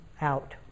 out